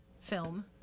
film